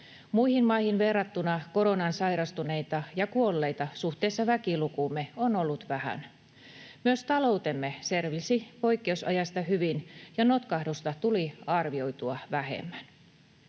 Muihin maihin verrattuna koronaan sairastuneita ja kuolleita suhteessa väkilukuumme on ollut vähän. Myös taloutemme selvisi poikkeusajasta hyvin, ja notkahdusta tuli arvioitua vähemmän.